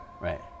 Right